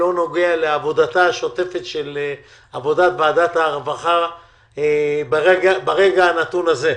לא נוגע לעבודתה השוטפת של ועדת העבודה והרווחה ברגע הנתון הזה.